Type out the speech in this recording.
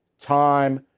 time